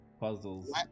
Puzzles